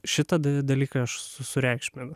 šitą da dalyką aš sureikšminu